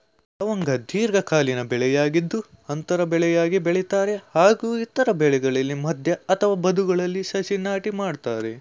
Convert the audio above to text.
ಲವಂಗ ದೀರ್ಘಕಾಲೀನ ಬೆಳೆಯಾಗಿದ್ದು ಅಂತರ ಬೆಳೆಯಾಗಿ ಬೆಳಿತಾರೆ ಹಾಗೂ ಇತರ ಬೆಳೆಗಳ ಮಧ್ಯೆ ಅಥವಾ ಬದುಗಳಲ್ಲಿ ಸಸಿ ನಾಟಿ ಮಾಡ್ತರೆ